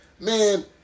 Man